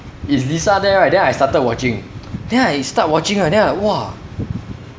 it's lisa there ah there I started watching then I start watching right then I !wah!